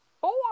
Four